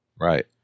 Right